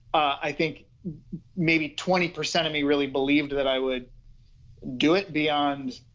i think maybe twenty percent of me really believed that i would do it beyond,